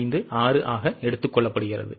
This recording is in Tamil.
856 ஆக எடுத்துக் கொள்ளப்படுகிறது